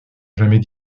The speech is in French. jamais